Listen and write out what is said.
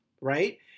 right